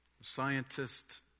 scientists